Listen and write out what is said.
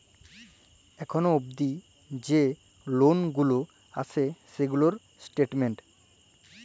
এখুল অবদি যে লল গুলা আসে সেগুলার স্টেটমেন্ট